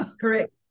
Correct